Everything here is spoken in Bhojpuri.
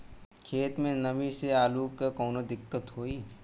खेत मे नमी स आलू मे कऊनो दिक्कत होई?